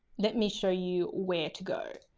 let me show you where to go.